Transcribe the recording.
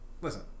Listen